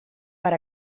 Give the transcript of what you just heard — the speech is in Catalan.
per